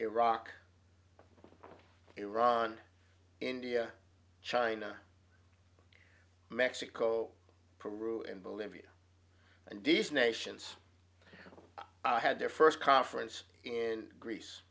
iraq iran india china mexico peru and bolivia and decent nations had their first conference in greece